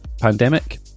pandemic